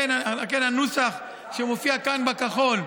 וכן בנוסח שמופיע כאן בכחול,